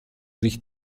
sich